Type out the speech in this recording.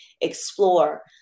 explore